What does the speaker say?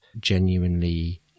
genuinely